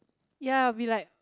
ya I'll be like